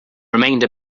remained